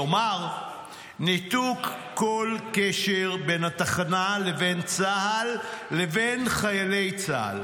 כלומר ניתוק כל קשר בין התחנה לבין צה"ל לבין חיילי צה"ל.